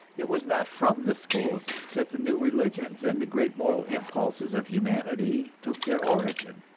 it was not from the schools that the new religions and the great moral impulses of humanity took their origin.